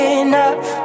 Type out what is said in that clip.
enough